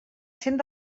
cent